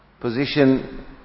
position